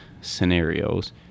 scenarios